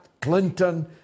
Clinton